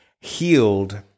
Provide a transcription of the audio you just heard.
healed